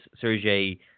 Sergei